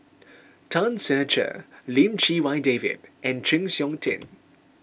Tan Ser Cher Lim Chee Wai David and Chng Seok Tin